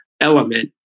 element